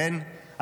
כן,